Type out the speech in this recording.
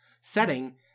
setting